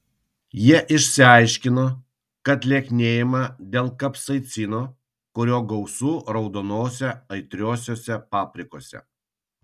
jie išsiaiškino kad lieknėjama dėl kapsaicino kurio gausu raudonose aitriosiose paprikose